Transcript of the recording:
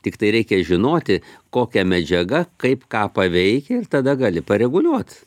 tiktai reikia žinoti kokia medžiaga kaip ką paveikia ir tada gali pareguliuot